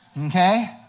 Okay